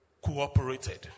cooperated